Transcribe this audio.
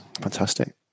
fantastic